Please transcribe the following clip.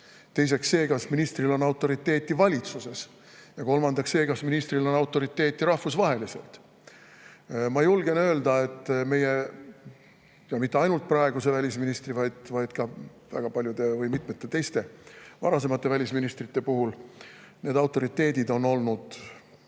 teiseks see, kas ministril on autoriteeti valitsuses, ja kolmandaks see, kas ministril on autoriteeti rahvusvaheliselt. Ma julgen öelda, et meie mitte ainult praeguse välisministri, vaid väga mitmete teiste varasemate välisministrite puhul seda autoriteeti on olnud